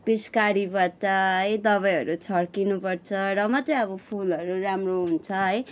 पिचकारीबाट है अब दबाईहरू छर्किनु पर्छ र मात्रै अब फुलहरू राम्रो हुन्छ है